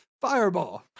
Fireball